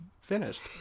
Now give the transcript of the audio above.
finished